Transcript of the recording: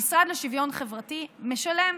המשרד לשוויון חברתי משלם,